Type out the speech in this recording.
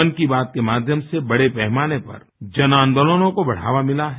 मन की बात के माध्यम से बड़े पैमाने पर जन आंदोलनों को बढ़ावा मिला है